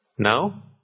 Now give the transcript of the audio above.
Now